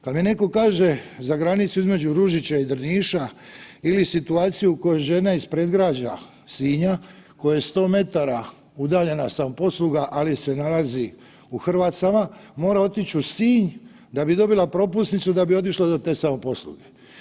Kad mi netko kaže za granicu između Ružića i Drniša ili situaciju u kojoj žena iz predgrađa Sinja koje je 100 metara udaljena samoposluga ali se nalazi u Hrvacama, mora otići u Sinj da bi dobila propusnicu da bi otišla do te samoposluge.